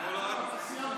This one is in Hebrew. לא,